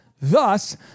Thus